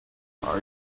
are